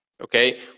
okay